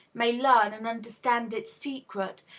may learn and understand its secret,